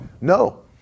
No